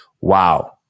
wow